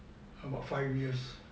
about five years